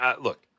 look